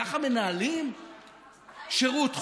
ככה מנהלים שירות חוץ?